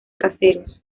caseros